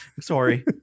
sorry